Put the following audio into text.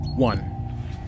One